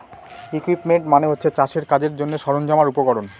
equipment মানে হচ্ছে চাষের কাজের জন্যে সরঞ্জাম আর উপকরণ